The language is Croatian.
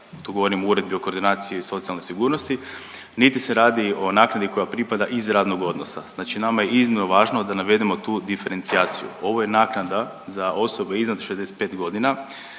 tu govorim o Uredbi o koordinaciji socijalne sigurnosti, niti se radi o naknadi koja pripada iz radnog odnosa, znači nama je iznimno važno da navedemo tu diferencijaciju. Ovo je naknada za osobe iznad 65 godina